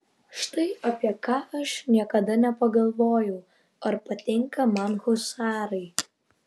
štai apie ką aš niekada nepagalvojau ar patinka man husarai